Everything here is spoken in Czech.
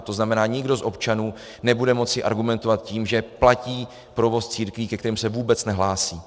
To znamená, nikdo z občanů nebude moci argumentovat tím, že platí provoz církví, ke kterým se vůbec nehlásí.